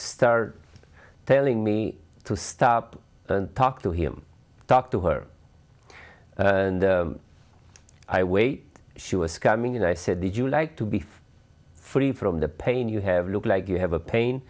started telling me to stop and talk to him talk to her and i wait she was coming and i said did you like to be free from the pain you have looked like you have a pain